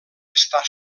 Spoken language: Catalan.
està